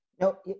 no